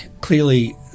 clearly